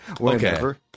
Okay